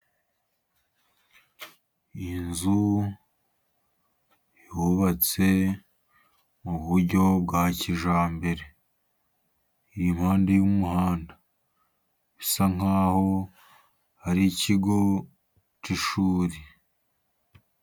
Iyi nzu yubatse mu buryo bwa kijyambere, iri impande y'umuhanda, bisa nk'aho ari ikigo cy'ishuri.